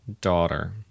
daughter